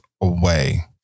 away